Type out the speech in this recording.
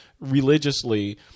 religiously